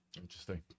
Interesting